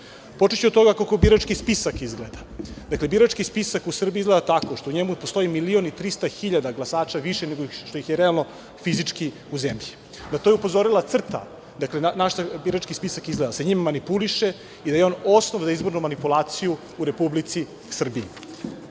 od toga kako birački spisak izgleda. Dakle, birački spisak u Srbiji izgleda tako što u njemu postoji milion i 300 hiljada glasača više nego što ih je realno fizički u zemlji. Na to je upozorila CRTA. Dakle, na šta birački spisak izgleda, da se njim manipuliše i da je osnov za manipulaciju u Republici Srbiji.